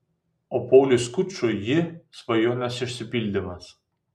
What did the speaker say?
o pauliui skučui ji svajonės išsipildymas